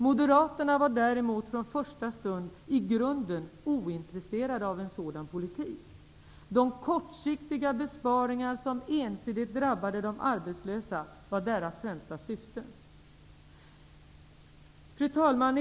Moderaterna var däremot från första stund i grunden ointresserade av en sådan politik. De kortsiktiga besparingar som ensidigt drabbade de arbetslösa var deras främsta syfte. Fru talman!